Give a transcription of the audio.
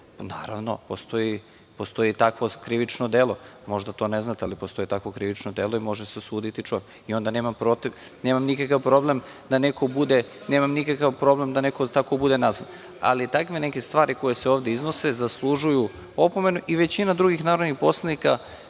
Naravno, postoji i takvo krivično delo, možda to ne znate, ali postoji takvo krivično delo, i može se osuditi čovek i onda nema nikakav problem da neko tako bude nazvan. Ali, takve neke stvari koje se ovde iznose zaslužuju opomenu i većina drugih narodnih poslanika